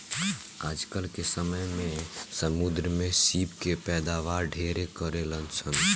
आजकल के समय में समुंद्र में सीप के पैदावार ढेरे करेलसन